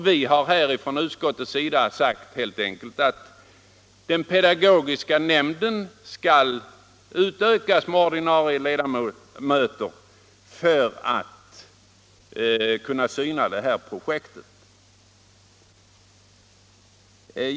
Vi i utskottsmajoriteten har sagt att den pedagogiska nämnden helt enkelt skall utökas med ett antal ordinarie ledamöter för att kunna syna projektet.